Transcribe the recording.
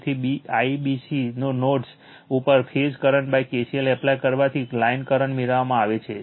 તેથી IBC nodes ઉપર phase કરંટKCL એપ્લાય કરવાથી લાઇન કરંટ મેળવવામાં આવે છે